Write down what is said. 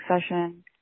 session